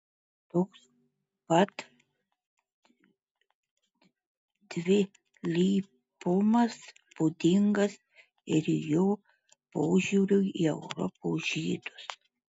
toks pat dvilypumas būdingas ir jo požiūriui į europos žydus